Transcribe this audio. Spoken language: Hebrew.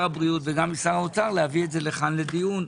הבריאות וגם משר האוצר להביא את זה לכאן לדיון,